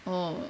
oh